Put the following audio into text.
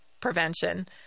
prevention